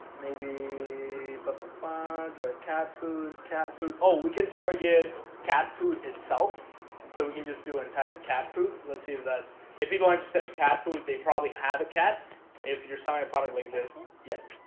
maybe but the bond rate ah cat food cat food. oh, we can target cat food itself so we can just do an type cat food let's see if that if people are interested in cat food. they probably have a cat if you're selling a product like this. yeah